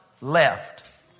left